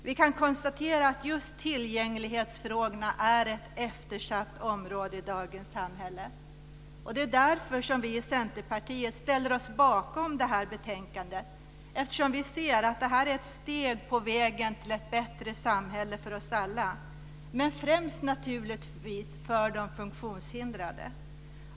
Vi kan konstatera att just tillgänglighetsfrågorna är ett eftersatt område i dagens samhälle. Det är därför som vi i Centerpartiet ställer oss bakom detta betänkande, eftersom vi ser att det här är ett steg på vägen till ett bättre samhälle för oss alla, men främst naturligtvis för de funktionshindrade.